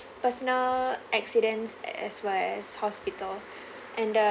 personal accidents as well as hospital and the